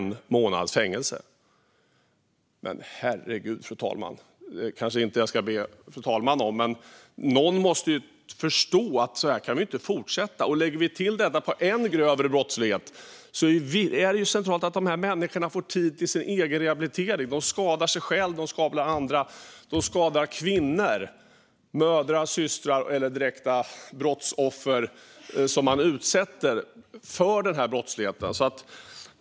en månads fängelse. Men herregud! Någon måste ju förstå att så här kan vi inte fortsätta. Om vi lägger till ännu grövre brottslighet är det centralt att dessa människor får tid till sin egen rehabilitering. De skadar sig själva, de skadar andra och de skadar kvinnor - mödrar, systrar eller direkta brottsoffer som utsätts för denna brottslighet.